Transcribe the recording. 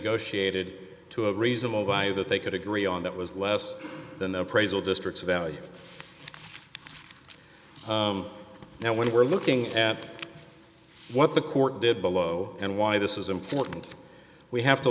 negotiated to a reasonable guy that they could agree on that was less than the appraisal district value now when we're looking at what the court did below and why this is important we have to